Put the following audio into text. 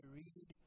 read